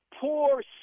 poor